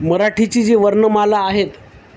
मराठीची जी वर्णमाला आहेत